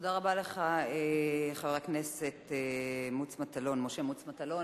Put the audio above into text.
תודה רבה לך, חבר הכנסת משה מוץ מטלון.